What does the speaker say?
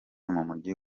umujyi